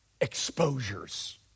exposures